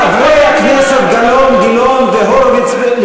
חברי הכנסת גלאון, גילאון והורוביץ,